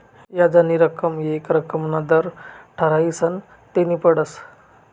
याजनी रक्कम येक रक्कमना दर ठरायीसन देनी पडस